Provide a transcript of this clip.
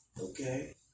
okay